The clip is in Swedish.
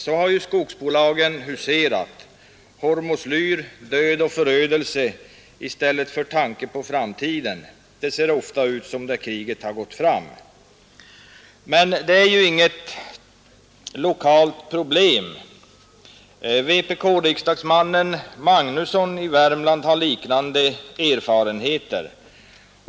Så har skogsbolagen huserat; hormoslyr, död och förödelse i stället för någon tanke på framtiden. Det ser ofta ut i skogen som där kriget har gått fram. Detta är inget lokalt problem. Vpk-riksdagsmannen John Magnusson i Värmland har liknande erfarenheter.